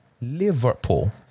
Liverpool